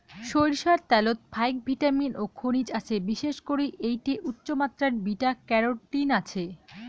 সইরষার ত্যালত ফাইক ভিটামিন ও খনিজ আছে, বিশেষ করি এ্যাইটে উচ্চমাত্রার বিটা ক্যারোটিন আছে